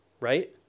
right